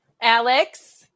Alex